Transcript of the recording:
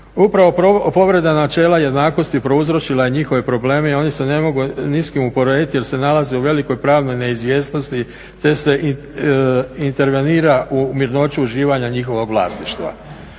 Upravo povreda načela jednakosti prouzročila je njihove probleme i oni se ne mogu ni s kim usporediti jer se nalaze u velikoj pravnoj neizvjesnosti te se intervenira u mirnoću uživanja njihova vlasništva.